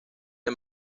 una